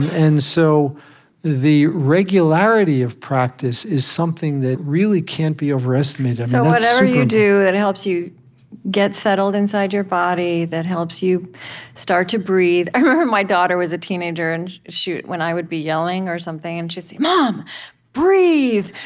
and so the regularity of practice is something that really can't be overestimated so whatever you do that helps you get settled inside your body, that helps you start to breathe i remember my daughter was a teenager, and when i would be yelling or something, and she'd say, mom breathe,